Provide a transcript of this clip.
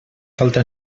falta